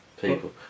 people